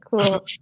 Cool